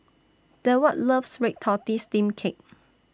Deward loves Red Tortoise Steamed Cake